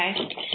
okay